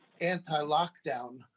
anti-lockdown